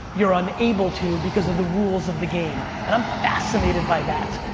you're unable to because of the rules of the game, and i'm fascinated by that.